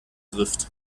trifft